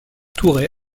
tourret